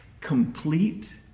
Complete